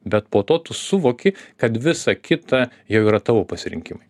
bet po to tu suvoki kad visa kita jau yra tavo pasirinkimai